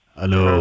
Hello